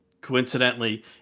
coincidentally